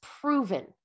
proven